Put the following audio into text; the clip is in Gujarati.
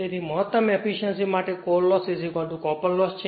તેથી મહત્તમ એફીશ્યંસી માટે કોર લોસ કોપર લોસ છે